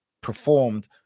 performed